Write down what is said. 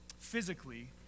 Physically